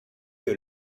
que